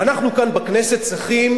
ואנחנו כאן, בכנסת, צריכים